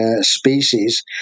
species